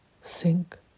sink